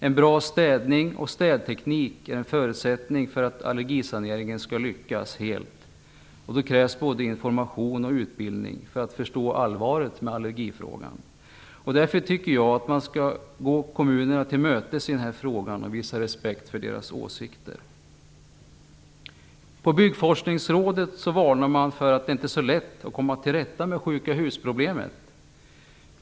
En bra städning och städteknik är en förutsättning för att allergisaneringen skall lyckas helt. Då krävs både information och utbildning för att förstå allvaret i allergifrågan. Därför tycker jag att man skall gå kommunerna till mötes i den här frågan och visa respekt för deras åsikter. På Byggforskningsrådet varnar man för att det inte är så lätt att komma till rätta med problemen med sjuka hus.